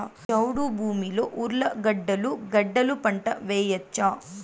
చౌడు భూమిలో ఉర్లగడ్డలు గడ్డలు పంట వేయచ్చా?